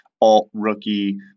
alt-rookie